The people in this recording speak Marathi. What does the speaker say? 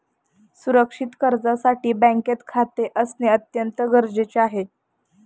सुरक्षित कर्जासाठी बँकेत खाते असणे अत्यंत गरजेचे आहे